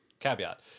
caveat